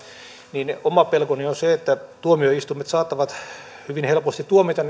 niin oma pelkoni on se että tuomioistuimet saattavat hyvin helposti tuomita